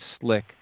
Slick